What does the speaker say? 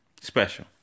special